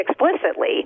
explicitly